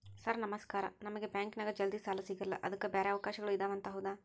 Sir ನಮಸ್ಕಾರ ನಮಗೆ ಬ್ಯಾಂಕಿನ್ಯಾಗ ಜಲ್ದಿ ಸಾಲ ಸಿಗಲ್ಲ ಅದಕ್ಕ ಬ್ಯಾರೆ ಅವಕಾಶಗಳು ಇದವಂತ ಹೌದಾ?